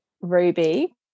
Ruby